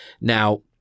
Now